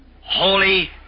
holy